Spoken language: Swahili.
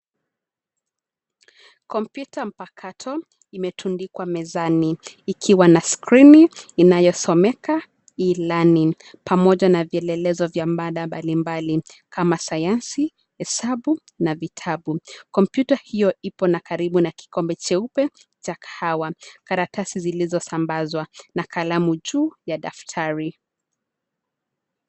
Kompyuta mpakato imetundikwa mezani, ikiwa na skrini inayosomeka E-learning pamoja na vielelezo vya mada mbalimbali kama sayansi, hesabu na vitabu. Kompyuta hiyo ipo na karibu na kikombe cheupe cha kahawa, karatasi zilizosambazwa na kalamu tu ya daftari.